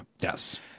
Yes